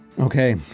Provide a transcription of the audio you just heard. Okay